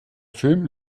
film